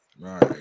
right